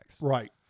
right